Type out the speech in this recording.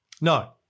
No